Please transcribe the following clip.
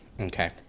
Okay